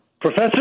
Professor